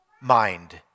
mind